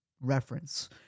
reference